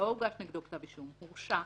לא הוגש נגדו כתב אישום, הוא הורשע,